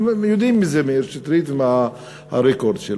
יודעים מי זה מאיר שטרית עם הרקורד שלו.